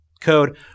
code